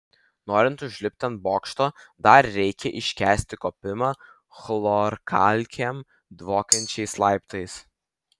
norint užlipti ant bokšto dar reikia iškęsti kopimą chlorkalkėm dvokiančiais laiptais